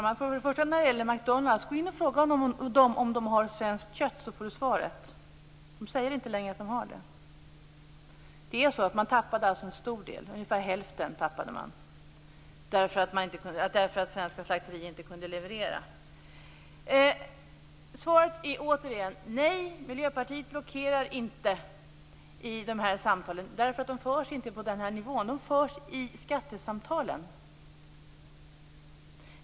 Fru talman! När det först och främst gäller McDonalds: Gå in och fråga deras anställda om de har svenskt kött! De säger inte längre att de har det. Svenska slakterier tappade ungefär hälften av avsättningen därför att de inte kunde leverera. Svaret är återigen: Nej, Miljöpartiet blockerar inte den här frågan, eftersom diskussionen härom förs på en annan nivå, nämligen i skattesamtalen.